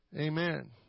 Amen